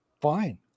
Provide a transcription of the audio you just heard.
fine